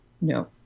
no